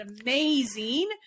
amazing